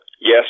Yes